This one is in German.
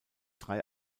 drei